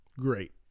great